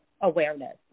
Awareness